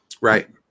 Right